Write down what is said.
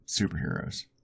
Superheroes